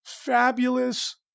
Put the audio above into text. fabulous